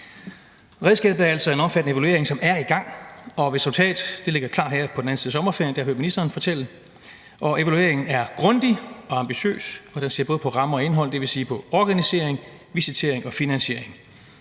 Redskabet er altså en omfattende evaluering, som er i gang, og resultatet ligger klar her på den anden side af sommerferien, det har jeg hørt ministeren fortælle, og evalueringen er grundig og ambitiøs, og den ser både på rammer og indhold, dvs. på organisering, visitering og finansiering,